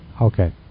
Okay